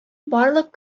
барлык